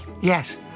yes